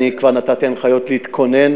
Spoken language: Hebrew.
אני כבר נתתי הנחיות להתכונן,